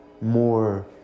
more